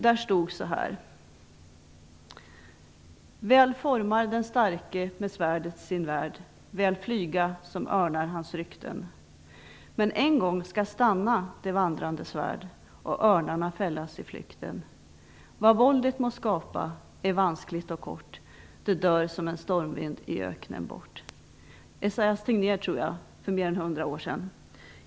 Där stod så här: Väl formar den starke med svärdet sin värld. Väl flyga som örnar hans rykten. Men en gång skall stanna det vandrande svärd och örnarna fällas i flykten. Vad våldet må skapa är vanskligt och kort. Det dör som en stormvind i öknen bort. Jag tror att det är Esaias Tegnér som skrev det för mer än 100 år sedan.